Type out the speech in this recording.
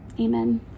Amen